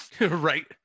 Right